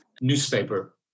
newspaper